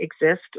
exist